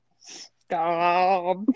Stop